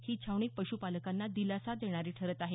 ही छावणी पशुपालकांना दिलासा देणारी ठरत आहे